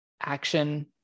action